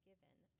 given